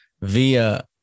via